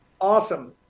Awesome